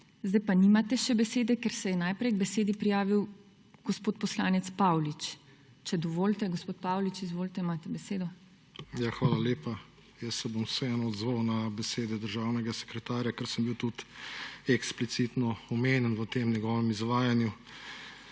Zdaj pa nimate še besede, ker se je najprej k besedi prijavil gospod poslanec Paulič. Če dovolite, gospod Paulič, izvolite, imate besedo. EDVARD PAULIČ (PS LMŠ): Ja, hvala lepa, jaz se bom vseeno odzval na besede državnega sekretarja, ker sem bil tudi eksplicitno omenjen v tem njegovem izvajanju.